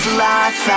life